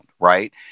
right